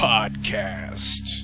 Podcast